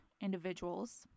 individuals